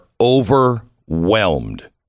overwhelmed